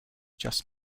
just